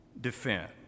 defend